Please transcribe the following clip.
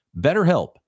BetterHelp